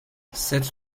cette